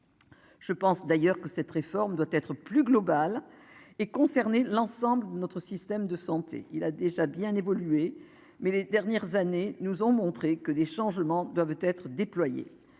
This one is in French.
Je pense d'ailleurs que cette réforme doit être plus globale et concerner l'ensemble notre système de santé, il a déjà bien évolué, mais les dernières années nous ont montré que des changements doivent être déployés